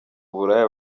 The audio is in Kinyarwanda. uburaya